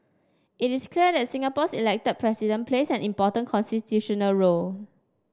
it is clear that Singapore's elected President plays an important constitutional role